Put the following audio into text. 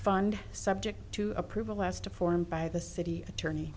fund subject to approval as to form by the city attorney